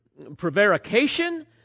prevarication